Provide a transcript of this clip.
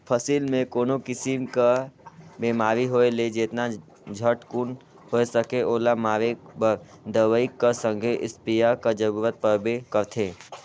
फसिल मे कोनो किसिम कर बेमारी होए ले जेतना झटकुन होए सके ओला मारे बर दवई कर संघे इस्पेयर कर जरूरत परबे करथे